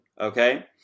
okay